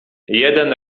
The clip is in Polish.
jeden